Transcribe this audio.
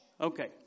Okay